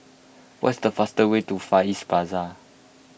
what is the fast way to Far East Plaza